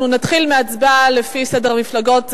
אנחנו נתחיל בהצבעה לפי סדר המפלגות,